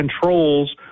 controls